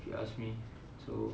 if you ask me so